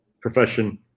profession